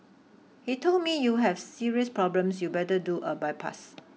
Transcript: he told me you have serious problems you better do a bypass